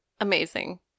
Amazing